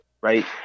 right